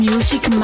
Music